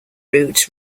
route